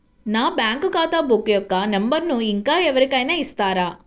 నా బ్యాంక్ ఖాతా బుక్ యొక్క నంబరును ఇంకా ఎవరి కైనా ఇస్తారా?